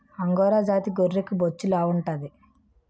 angora జాతి గొర్రెకి బొచ్చు లావుంటాది